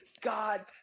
God